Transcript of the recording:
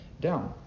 down